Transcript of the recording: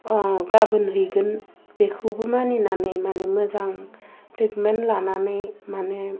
गाबोन हैगोन बेखौ मानिनानै माने मोजां ट्रेटमेन लानानै माने